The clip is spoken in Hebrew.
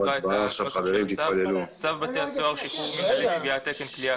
נוסח הצו: "צו בתי הסוהר (שחרור מינהלי) (קביעת תקן כליאה),